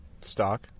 stock